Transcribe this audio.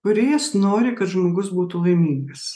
kūrėjas nori kad žmogus būtų laimingas